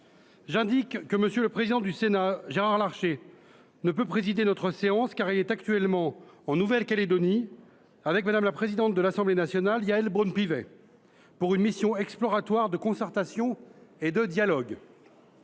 J’indique que M. le président du Sénat, Gérard Larcher, ne peut présider notre séance, car il est actuellement en Nouvelle Calédonie avec Mme la présidente de l’Assemblée nationale, Yaël Braun Pivet, pour une mission exploratoire de concertation et de dialogue.